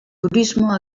turismo